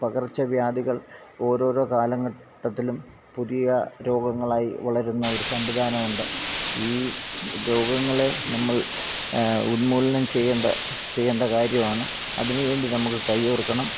പകർച്ചവ്യാധികൾ ഓരോരോ കാലഘട്ടത്തിലും പുതിയ രോഗങ്ങളായി വളരുന്ന ഒരു സംവിധാനമുണ്ട് ഈ രോഗങ്ങളെ നമ്മൾ ഉന്മൂലനം ചെയ്യേണ്ട ചെയ്യേണ്ട കാര്യമാണ് അതിനുവേണ്ടി നമുക്ക് കൈ കോർക്കണം